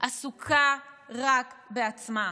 עסוקה רק בעצמה.